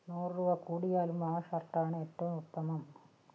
നൂറ് രൂപ കൂടിയാലും ആ ഷർട്ടാണ് ഏറ്റവും ഉത്തമം